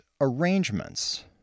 arrangements